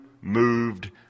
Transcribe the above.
Moved